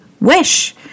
Wish